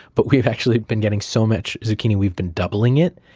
but we've actually been getting so much zucchini, we've been doubling it,